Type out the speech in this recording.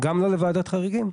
גם לא לוועדת חריגים?